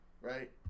right